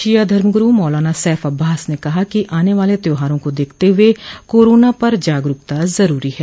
शिया धर्म गुरू मौलाना सैफ अब्बास ने कहा कि आने वाले त्योहारों का देखते हुए कोरोना पर जागरूकता जरूरी है